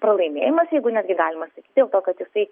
pralaimėjimas jeigu netgi galima sakyt dėl to kad jisai